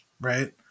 right